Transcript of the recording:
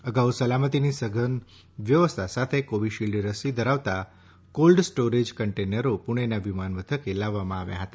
અગાઉ સલામતીની સધન વ્યવસ્થા સાથે કોવીશીલ્ડ રસી ધરાવતા કોલ્ડ સ્ટોરેજ કન્ટેનરો પુણેના વિમાનમથકે લાવવામાં આવ્યા હતા